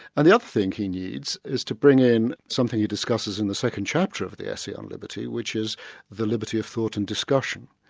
and the other thing he needs is to bring in something he discusses in the second chapter of the essay on liberty, which is the liberty of thought and discussion.